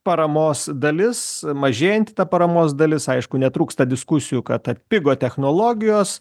paramos dalis mažėjanti ta paramos dalis aišku netrūksta diskusijų kad atpigo technologijos